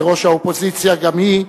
וראש האופוזיציה גם היא,